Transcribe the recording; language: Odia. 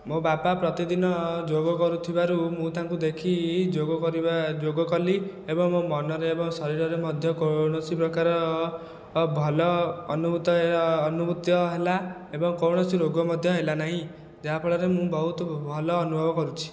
ମୋ ବାପା ପ୍ରତିଦିନ ଯୋଗ କରୁଥିବାରୁ ମୁଁ ତାଙ୍କୁ ଦେଖି ଯୋଗ କରିବା ଯୋଗ କଲି ଏବଂ ମୋ ମନରେ ଏବଂ ଶରୀରରେ ମଧ୍ୟ କୌଣସି ପ୍ରକାର ଭଲ ଅନୁଭୂତ ଅନୁଭୂତ ହେଲା ଏବଂ କୌଣସି ରୋଗ ମଧ୍ୟ ହେଲାନାହିଁ ଯାହା ଫଳରେ ମୁଁ ବହୁତ ଭଲ ଅନୁଭବ କରୁଛି